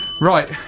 Right